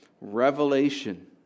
revelation